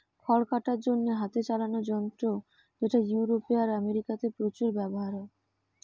খড় কাটার জন্যে হাতে চালানা যন্ত্র যেটা ইউরোপে আর আমেরিকাতে প্রচুর ব্যাভার হয়